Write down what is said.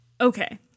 okay